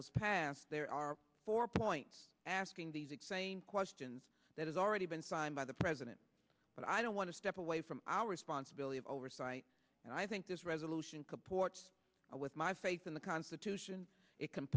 was passed there are four points asking these exciting questions that has already been signed by the president but i don't want to step away from our responsibility of oversight and i think this resolution comport with my faith in the constitution it c